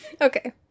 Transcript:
Okay